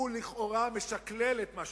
הוא לכאורה משקלל את מה שאמרת.